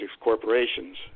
corporations